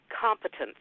competence